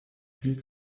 viel